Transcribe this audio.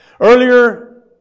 Earlier